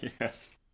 Yes